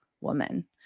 Woman